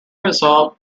result